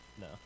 No